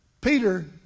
Peter